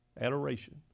Adoration